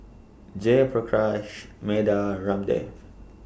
Jayaprakash Medha Ramdev